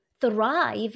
thrive